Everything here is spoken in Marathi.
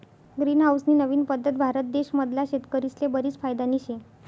ग्रीन हाऊस नी नवीन पद्धत भारत देश मधला शेतकरीस्ले बरीच फायदानी शे